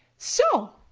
so,